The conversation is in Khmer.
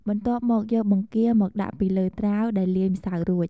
បន្ទាប់មកយកបង្គាមកដាក់ពីលើត្រាវដែលលាយម្សៅរួច។